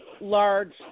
large